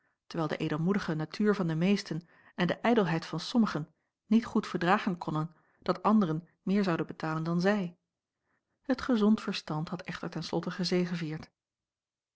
dewijl de edelmoedige natuur van de meesten en de ijdelheid van sommigen niet goed verdragen konnen dat anderen meer zouden betalen dan zij het gezond verstand had echter ten slotte gezegevierd